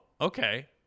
okay